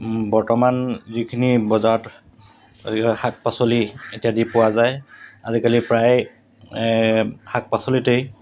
বৰ্তমান যিখিনি বজাৰত আজিকালি শাক পাচলি ইত্যাদি পোৱা যায় আজিকালি প্ৰায় এই শাক পাচলিতেই